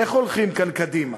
איך הולכים כאן קדימה?